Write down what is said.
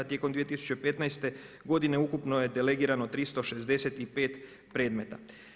Tijekom 2015. godine ukupno je delegirano 365 predmeta.